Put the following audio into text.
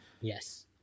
yes